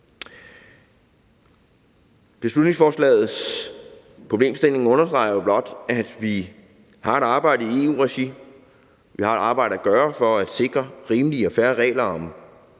Beslutningsforslagets problemstilling understreger jo blot, at vi har et arbejde at gøre i EU-regi for at sikre rimelige og fair regler om